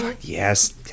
Yes